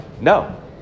No